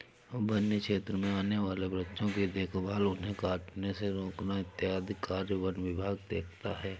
वन्य क्षेत्र में आने वाले वृक्षों की देखभाल उन्हें कटने से रोकना इत्यादि कार्य वन विभाग देखता है